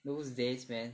those days man